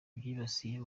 byibasiye